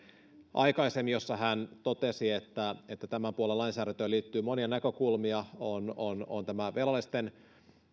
aikaisemmin jossa hän totesi että että tämän puolen lainsäädäntöön liittyy monia näkökulmia on on nämä velallisten